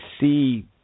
see